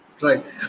Right